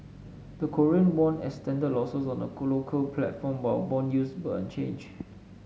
the Korean won extended losses on the local platform while bond yields were unchanged